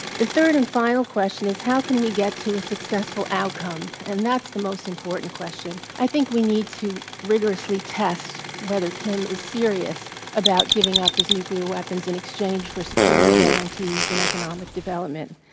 the third and final question is, how can we get to a successful outcome? and that's the most important question. i think we need to rigorously test whether kim is serious about giving up his nuclear weapons in exchange for security guarantees and economic development.